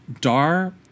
Dar